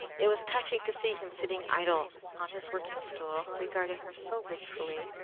it was touching to see him sitting idle on his working stool, regarding her so wistfully,